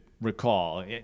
recall